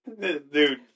Dude